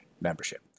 membership